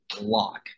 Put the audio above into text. Lock